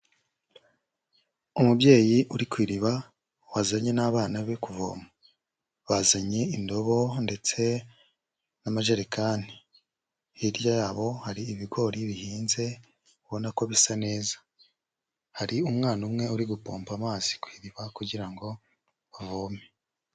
Umubyeyi uri ku iriba wazanye n'abana be kuvoma, bazanye indobo ndetse n'amajerekani, hirya yabo hari ibigori bihinze ubona ko bisa neza, hari umwana umwe uri gupompa amazi ku iriba kugira ngo bavome.